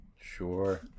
Sure